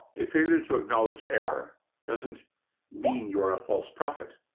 a failure to acknowledge error doesn't mean you are a false prophet.